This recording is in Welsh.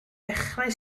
ddechrau